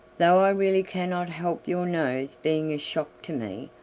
though i really cannot help your nose being a shock to me,